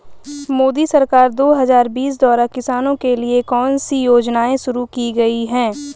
मोदी सरकार दो हज़ार बीस द्वारा किसानों के लिए कौन सी योजनाएं शुरू की गई हैं?